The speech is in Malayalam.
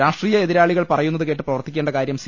രാഷ്ട്രീയ എതിരാളികൾ പറയുന്നത് കേട്ട് പ്രവർത്തിക്കേണ്ട കാര്യം സി